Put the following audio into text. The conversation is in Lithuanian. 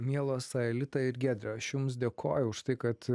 mielos aelita ir giedre aš jums dėkoju už tai kad